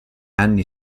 anni